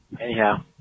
Anyhow